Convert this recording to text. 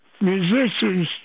musicians